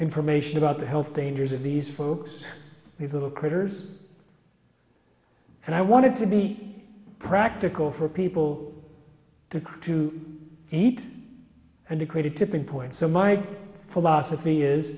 information about the health dangers of these folks these little critters and i wanted to be practical for people to quit to eat and they created tipping point so my philosophy is